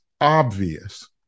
obvious